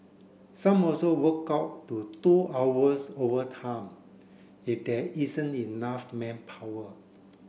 some also work up to two hours overtime if there isn't enough manpower